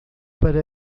para